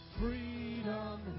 Freedom